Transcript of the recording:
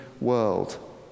world